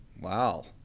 wow